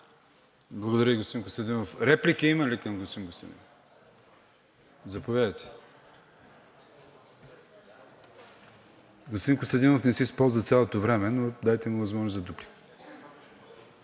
Благодаря, господин Костадинов. Реплики към господин Костадинов има ли? Заповядайте. Господин Костадинов не си използва цялото време, но му дайте възможност за дуплика.